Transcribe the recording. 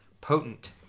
potent